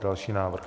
Další návrh.